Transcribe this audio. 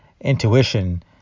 intuition